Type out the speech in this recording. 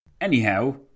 Anyhow